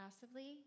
passively